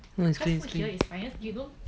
no it's clean it's clean